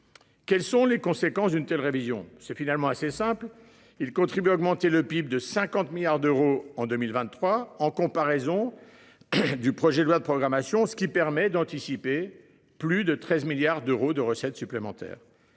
Quelles sont les conséquences d'une telle révision, c'est finalement assez simple, il contribue à augmenter le PIB de 50 milliards d'euros en 2023, en comparaison. Du projet de loi de programmation, ce qui permet d'anticiper. Plus de 13 milliards d'euros de recettes supplémentaires.